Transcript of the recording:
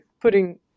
putting